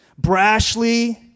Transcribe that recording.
brashly